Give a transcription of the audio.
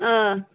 آ